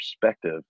perspective